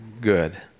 good